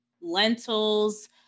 lentils